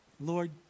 Lord